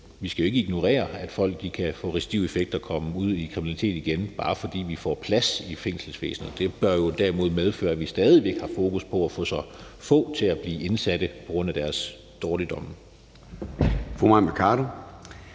vi skal ikke se bort fra, at folk godt kan få recidiveffekt og komme ud i kriminalitet igen, bare fordi vi får plads i fængselsvæsenet. Det bør jo derimod medføre, at vi stadig væk har fokus på at få så få som muligt til at blive indsatte. Kl. 12:07 Formanden